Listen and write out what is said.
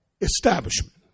establishment